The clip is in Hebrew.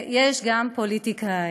יש גם פוליטיקאים.